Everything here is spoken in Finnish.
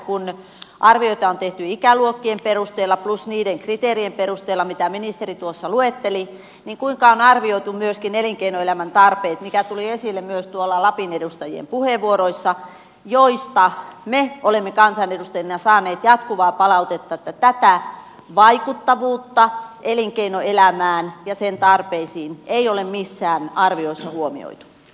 kun arvioita on tehty ikäluokkien perusteella plus niiden kriteerien perusteella mitä ministeri tuossa luetteli niin kuinka on arvioitu myöskin elinkeinoelämän tarpeet tämä tuli esille myöskin tuolla lapin edustajien puheenvuoroissa joista me olemme kansanedustajina saaneet jatkuvaa palautetta että tätä vaikuttavuutta elinkeinoelämään ja sen tarpeisiin ei ole missään arvioissa huomioitu